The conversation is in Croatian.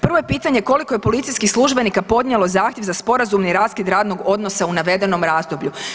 Prvo je pitanje koliko je policijskih službenika podnijelo zahtjev za sporazumni raskid radnog odnosa u navedenom razdoblju?